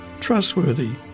trustworthy